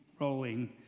rolling